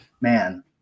man